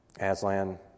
Aslan